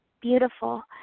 beautiful